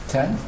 Ten